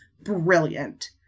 brilliant